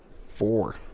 Four